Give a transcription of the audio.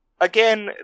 again